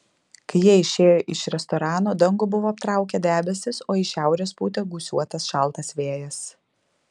kai jie išėjo iš restorano dangų buvo aptraukę debesys o iš šiaurės pūtė gūsiuotas šaltas vėjas